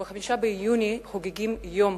ב-5 ביוני חוגגים את יום